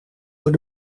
door